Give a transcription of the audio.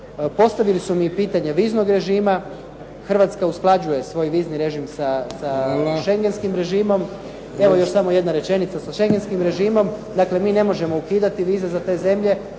Postavili su mi pitanje viznog režima, Hrvatska usklađuje svoj vizni režim sa Schengenskim režimom. Evo još samo jedna rečenica, dakle mi ne možemo ukidati vize za te zemlje,